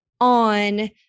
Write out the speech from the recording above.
on